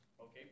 Okay